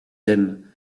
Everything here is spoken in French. thèmes